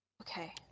Okay